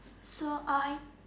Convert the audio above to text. so uh I